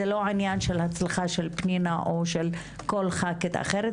זה לא עניין של הצלחה של פנינה או כל חברת כנסת אחרת,